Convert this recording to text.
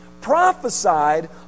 prophesied